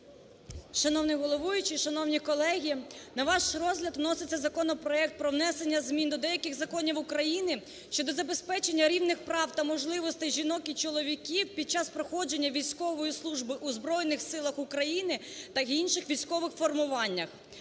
Шановний головуючий, шановні колеги, на ваш розгляд вноситься законопроект про внесення змін до деяких законів України щодо забезпечення рівних прав та можливостей жінок і чоловіків під час проходження військової служби у Збройних Силах України та інших військових формуваннях.